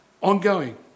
Ongoing